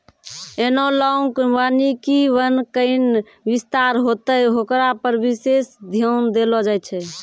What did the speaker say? एनालाँक वानिकी वन कैना विस्तार होतै होकरा पर विशेष ध्यान देलो जाय छै